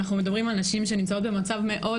אנחנו מדברים על נשים שנמצאות במצב מאוד